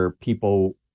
people